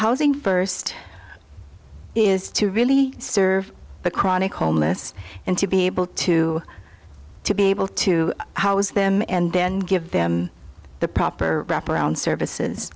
housing first is to really serve the chronic homeless and to be able to to be able to house them and then give them the proper wrap around services